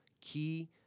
key